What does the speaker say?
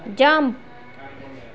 jump